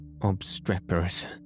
obstreperous